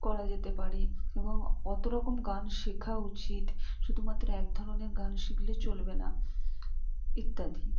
করা যেতে পারে এবং অত রকম গান শেখা উচিত শুধুমাত্র এক ধরণের গান শিখলে চলবে না ইত্যাদি